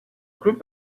group